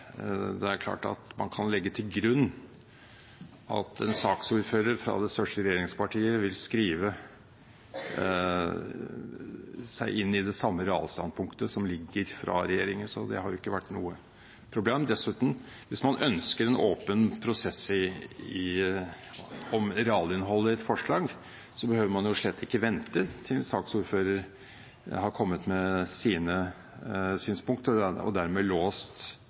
Det er klart at man kan legge til grunn at en saksordfører fra det største regjeringspartiet vil skrive seg inn i det samme realstandpunktet som foreligger fra regjeringen, så det har ikke vært noe problem. Dessuten, hvis man ønsker en åpen prosess om realinnholdet i et forslag, behøver man slett ikke vente til saksordføreren har kommet med sine synspunkter og dermed låst